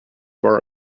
bar